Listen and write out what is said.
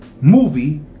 movie